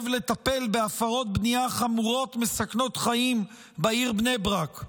לטפל בהפרות בנייה חמורות מסכנות חיים בעיר בני ברק,